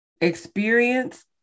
experience